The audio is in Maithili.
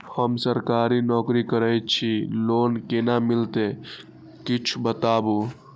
हम सरकारी नौकरी करै छी लोन केना मिलते कीछ बताबु?